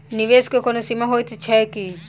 निवेश केँ कोनो सीमा होइत छैक की?